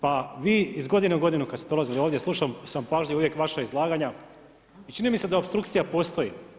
Pa vi iz godine u godinu kada ste dolazili ovdje slušao sam pažljivo uvijek vaša izlaganja i čini mi se da opstrukcija postoji.